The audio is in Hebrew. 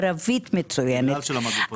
ערבית מצוינת.